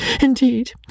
Indeed